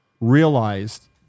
realized